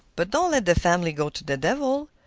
but don't let the family go to the devil.